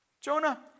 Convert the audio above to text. Jonah